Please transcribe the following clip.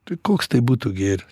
tai koks tai būtų gėris